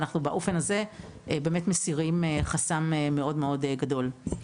באופן הזה אנחנו מסרים חסם מאוד מאוד גדול.